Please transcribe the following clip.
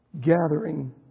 gathering